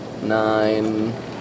nine